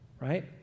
right